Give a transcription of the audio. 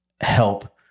help